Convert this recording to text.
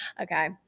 okay